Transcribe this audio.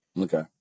Okay